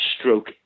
stroke